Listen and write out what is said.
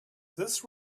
this